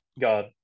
God